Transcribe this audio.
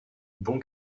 bon